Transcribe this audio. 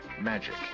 magic